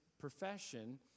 profession